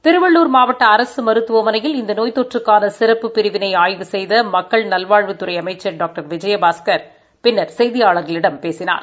திருவள்ளூர் மாவட்ட அரசு மருத்துவமனையில் இந்த நோய் தொற்றுக்கான சிறப்புப் பிரிவினை ஆய்வு செய்த மக்கள் நல்வாழ்வுத்துறை அமைச்சர் டாக்டர் விஜயபாஸ்கர் பின்னர் செய்தியாளர்களிடம் பேசினார்